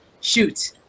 shoot